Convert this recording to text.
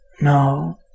no